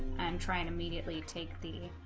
and try and immediately take the